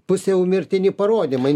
pusiau mirtini parodymai